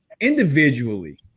individually